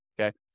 Okay